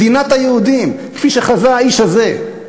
מדינת היהודים, כפי שחזה האיש הזה.